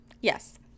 Yes